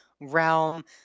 realm